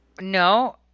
No